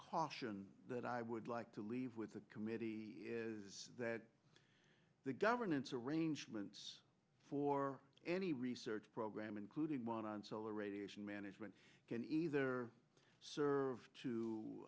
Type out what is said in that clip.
caution that i would like to leave with the committee is that the governance arrangements for any research program including one on solar radiation management can either serve to